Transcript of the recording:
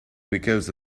because